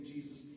Jesus